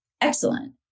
excellent